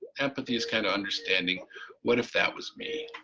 empathy is kind of understanding what if that was me.